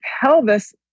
pelvis